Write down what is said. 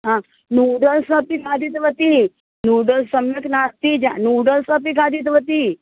हा नूडल्स् अपि खादितवती नूडल्स् सम्यक् नास्ति जा नूडल्स् अपि खादितवती